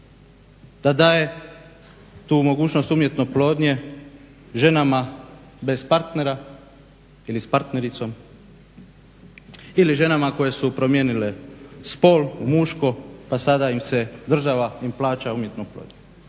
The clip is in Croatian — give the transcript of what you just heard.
da daje tu mogućnost umjetne oplodnje ženama bez partnera ili s partnericom ili ženama koje su promijenile spol u muško pa sada im se država im plaća umjetnu oplodnju.